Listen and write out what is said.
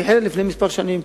היא החלה לפני כמה שנים,